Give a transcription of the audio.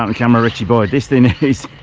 um camera richie boy this thing is,